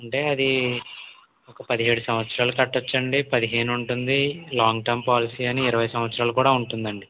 అంటే అది ఒక పదిహేడు సంవత్సరాలు కట్టొచ్చండి పదిహేను ఉంటుంది లాంగ్ టర్మ్ పాలసీ అని ఇరవై సంవత్సరాలు కూడా ఉంటుందండి